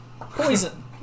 Poison